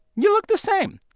you look the same.